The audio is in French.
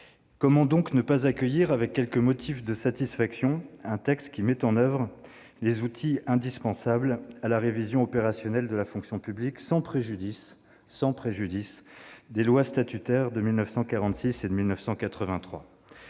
Comment, alors, ne pas accueillir avec quelques motifs de satisfaction un texte qui met en oeuvre les outils indispensables à la révision opérationnelle de la fonction publique, sans préjudice des lois statutaires de 1946 et de 1983 ?